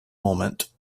moment